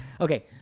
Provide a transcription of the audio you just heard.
Okay